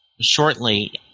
shortly